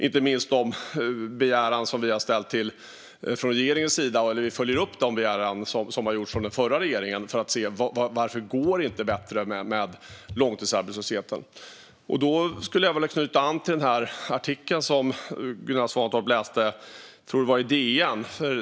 Regeringen har gjort en begäran och följer upp de begäranden som har gjorts av den förra regeringen för att se varför det inte går fortare att få ned långtidsarbetslösheten. Jag skulle vilja knyta an till den intervju i DN som Gunilla Svantorp läste ur.